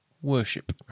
Worship